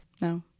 No